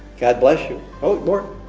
god bless you oh boy